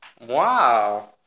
Wow